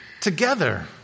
together